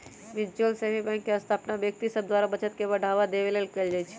mutual saving bank के स्थापना व्यक्ति सभ द्वारा बचत के बढ़ावा देबे लेल कयल जाइ छइ